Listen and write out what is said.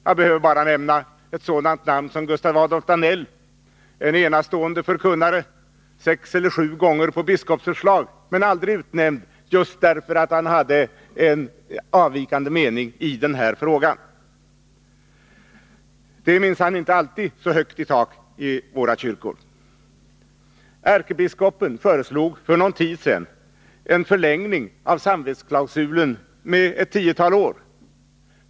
Jag behöver bara nämna ett sådant namn som Gustav Adolf Danell. Det är en enastående förkunnare, som sex eller sju gånger har varit på förslag till biskop. Men han har aldrig utnämnts, just därför att han har en avvikande mening i denna fråga. Det är minsann inte alltid så högt i tak i våra kyrkor. Ärkebiskopen föreslog för någon tid sedan en förlängning av samvetsklausulens giltighet med tio år.